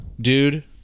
Dude